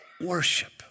worship